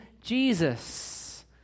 Jesus